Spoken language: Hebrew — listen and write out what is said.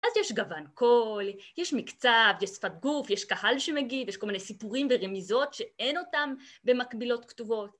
אז יש גוון קול, יש מקצב, יש שפת גוף, יש קהל שמגיב, יש כל מיני סיפורים ורמיזות שאין אותם במקבילות כתובות.